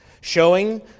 showing